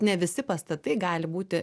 ne visi pastatai gali būti